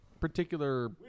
particular